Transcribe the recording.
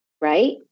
right